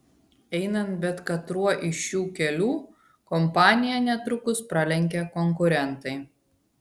einant bet katruo iš šių kelių kompaniją netrukus pralenkia konkurentai